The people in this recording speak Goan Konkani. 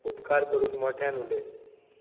उपकार करून मोठ्यान उलय